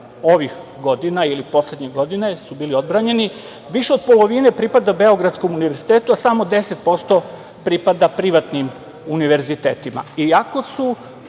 ovih godina ili poslednjih godina bili odbranjeni, više od polovini pripada Beogradskom univerzitetu, a samo 10% pripada privatnim univerzitetima. Pre 10